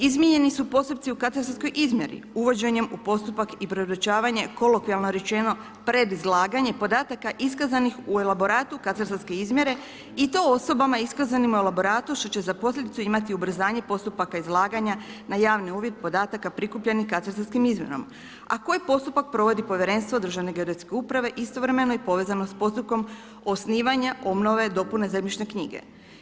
Izmijenjeni su postupci u katastarskoj izmjeri uvođenjem u postupak i ... kolokvijalno rečeno predizlaganje podataka iskazanih u elaboratu katastarske izmjere i to osobama iskaznima u elaboratu što će za posljedice imati ubrzanje postupaka izlaganja na javni uvid podataka prikupljenih katastarskom izmjerom a koji postupak provodi povjerenstvo Državne Geodetske uprave istovremeno i povezano s postupkom osnivanja obnove dopune zemljišne knjige.